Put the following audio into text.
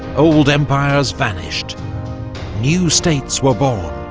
old empires vanished new states were born